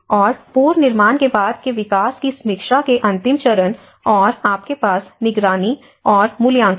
और पुनर्निर्माण के बाद के विकास की समीक्षा के अंतिम चरण और आपके पास निगरानी और मूल्यांकन है